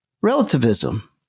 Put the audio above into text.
Relativism